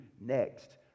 next